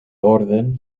orden